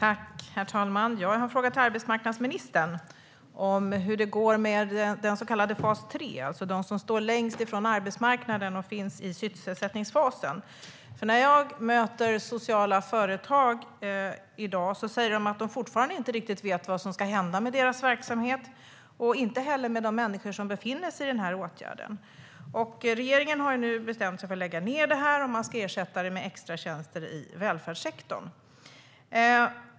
Herr talman! Jag har en fråga till arbetsmarknadsministern om hur det går med den så kallade fas 3, alltså de som står längst ifrån arbetsmarknaden och finns i sysselsättningsfasen. När jag möter sociala företagare i dag säger de att de fortfarande inte riktigt vet vad som ska hända med deras verksamhet och inte heller med de människor som befinner sig i den här åtgärden. Regeringen har nu bestämt sig för att lägga ned fas 3 och ersätta den med extratjänster i välfärdssektorn.